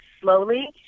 slowly